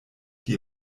die